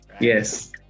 Yes